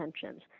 tensions